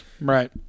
Right